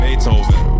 Beethoven